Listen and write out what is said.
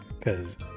Cause